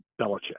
Belichick